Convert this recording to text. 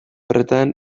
horretan